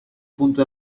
puntu